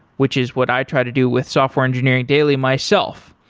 which is what i try to do with software engineering daily myself,